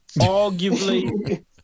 arguably